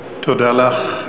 תודה לך.